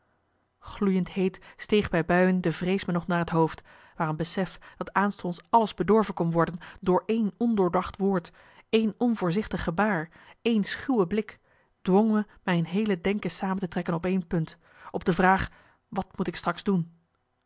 gloeiend heet steeg bij buien de vrees me nog naar het hoofd maar een besef dat aanstonds alles bedorven kon worden door één ondoordacht woord één onvoorzichtig gebaar één schuwe blik dwong me mijn heele denken samen te trekken op één punt op de vraag wat moet ik straks doen